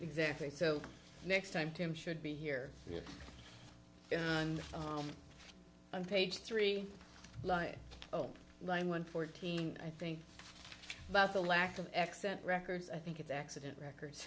exactly so next time tim should be here on page three line oh line one fourteen i think about the lack of accent records i think it's accident records